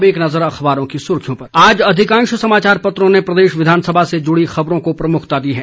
अब एक नजर अखबारों की सुर्खियों पर आज अधिकांश समाचार पत्रों ने प्रदेश विधानसभा से जुड़ी खबरों को प्रमुखता दी है